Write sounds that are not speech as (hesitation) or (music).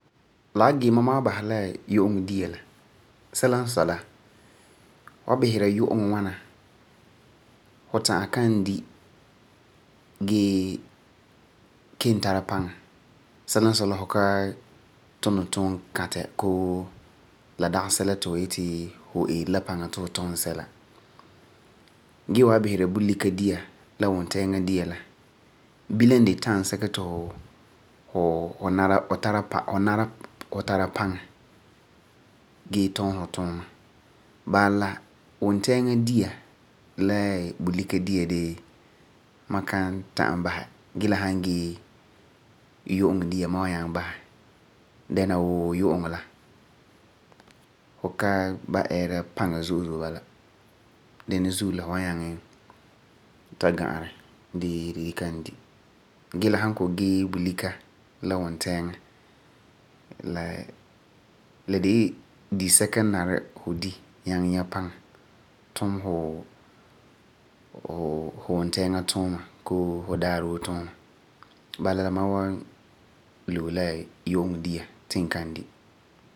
La gee ma mam wan basɛ la yu'uŋɔ dia la. Sɛla n sɔi la, fu san bisera yu'uŋɔ ŋwana fu ta'am kan di gee ken tara paŋa. Sɛla n sɔi la fu ka tuni tum katɛ koo la dagi sɛla ti fu yeti fu eeri la paŋa ti fu tum sɛla. Bala la, wunteeŋa dia la (hesitation) bulika dia dee mam kan ta'am basɛ gee la san gee yu'uŋɔ dia ma wan nyaŋɛ basɛ. Dɛna wuu, yu'uŋɔ la fu ka ba'am eera paŋa zo'e zo'e bala, gee la san gee bulika la wunteeŋa dia fu eeri ka mɛ ti fu ta'am tum paŋa tuuma. Bala la mam wan loe la yu'uŋɔ dia ti n kan di.